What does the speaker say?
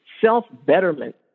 self-betterment